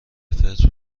فطر